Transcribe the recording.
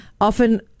often